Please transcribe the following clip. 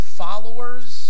followers